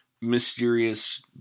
mysterious